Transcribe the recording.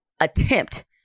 attempt